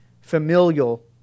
familial